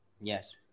Yes